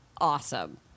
awesome